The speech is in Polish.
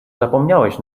zapomniałeś